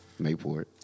Mayport